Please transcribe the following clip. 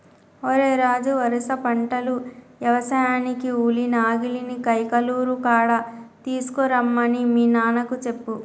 ఓరై రాజు వరుస పంటలు యవసాయానికి ఉలి నాగలిని కైకలూరు కాడ తీసుకురమ్మని మీ నాన్నకు చెప్పు